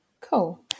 Cool